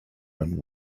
and